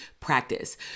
practice